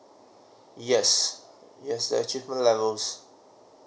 yes yes actually for levels